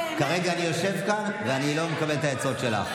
כרגע אני יושב כאן, ואני לא מקבל את העצות שלך.